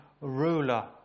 ruler